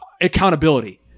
accountability